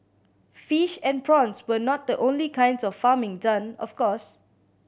fish and prawns were not the only kinds of farming done of course